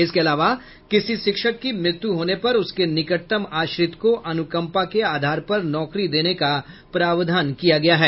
इसके अलावा किसी शिक्षक की मृत्यु होने पर उसके निकटतम आश्रित को अनुकंपा के आधार पर नौकरी देने का प्रावधान किया गया है